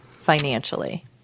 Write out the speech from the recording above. financially